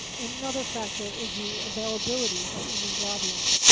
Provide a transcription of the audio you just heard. another factor is the availability of immunoglobulin.